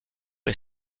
est